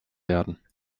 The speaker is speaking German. werden